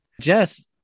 Jess